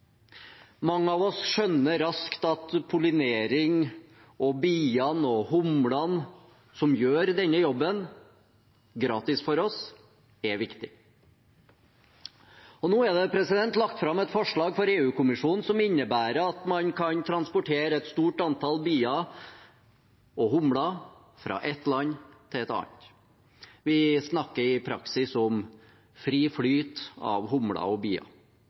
Mange av oss skjønner raskt at pollinering og biene og humlene som gjør denne jobben gratis for oss, er viktig. Nå er det lagt fram et forslag for EU-kommisjonen som innebærer at man kan transportere et stort antall bier og humler fra ett land til et annet. Vi snakker i praksis om fri flyt av humler og bier.